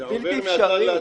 זה בליתי-אפשרי.